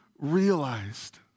Realized